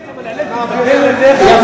אבל העליתם, דלק,